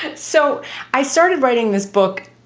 but so i started writing this book,